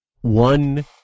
one